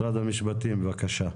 משרד המשפטים, בבקשה.